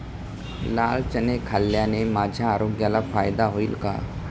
लाल चणे खाल्ल्याने माझ्या आरोग्याला फायदा होईल का?